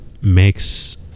makes